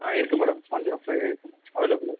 ஆ இருக்கு மேடம் வஞ்சரம் ஃப்ரை இருக்குங்க அவைலபிள்